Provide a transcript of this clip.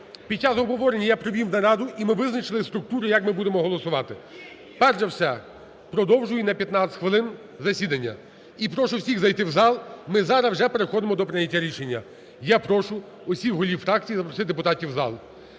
Під час обговорення я провів нараду і ми визначили структуру, як ми будемо голосувати. Перш за все, продовжую на 15 хвилин засідання і прошу всіх зайти в зал, ми зараз вже переходимо до прийняття рішення. Я прошу всіх голів фракцій запросити депутатів в зал.